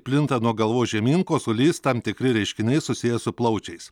plinta nuo galvos žemyn kosulys tam tikri reiškiniai susiję su plaučiais